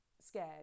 scared